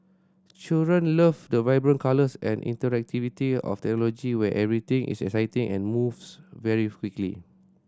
children love the vibrant colours and interactivity of technology where everything is exciting and moves very quickly